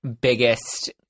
biggest